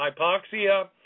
hypoxia